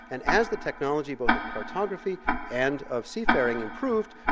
and as the technology, both of cartography and of seafaring improved,